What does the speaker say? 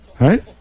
right